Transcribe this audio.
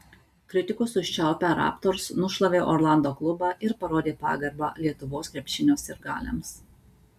kritikus užčiaupę raptors nušlavė orlando klubą ir parodė pagarbą lietuvos krepšinio sirgaliams